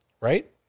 right